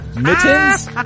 Mittens